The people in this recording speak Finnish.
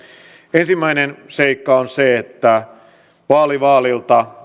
ensimmäinen seikka on se että vaali vaalilta